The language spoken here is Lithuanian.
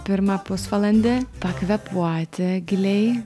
pirmą pusvalandį pakvėpuoti giliai